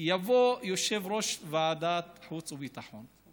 יבוא יושב-ראש ועדת חוץ וביטחון,